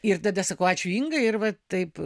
ir tada sakau ačiū ingai ir va taip